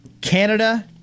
Canada